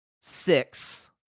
six